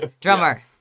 Drummer